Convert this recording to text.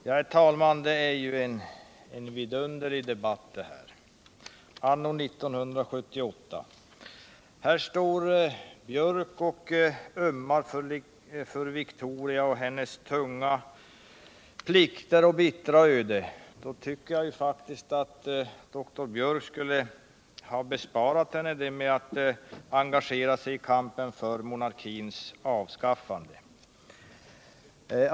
Herr talman! Det är en vidunderlig debatt det här, anno 1978. Här står Gunnar Biörck i Värmdö och ömmar för Victoria och hennes tunga plikter och bittra öde. Jag tycker faktiskt att doktor Biörck borde ha besparat henne det ödet genom att engagera sig i kampen för monarkins avskaffande.